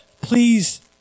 please